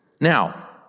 Now